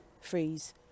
freeze